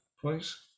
please